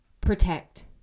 protect